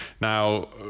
Now